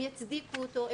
הם יצדיקו אותו,